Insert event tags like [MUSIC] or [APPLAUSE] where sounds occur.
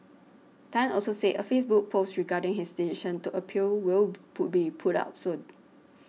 Tan also said a Facebook post regarding his decision to appeal will [NOISE] put be up soon